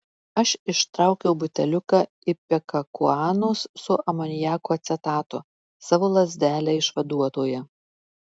aš ištraukiau buteliuką ipekakuanos su amoniako acetatu savo lazdelę išvaduotoją